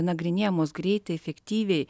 nagrinėjamos greitai efektyviai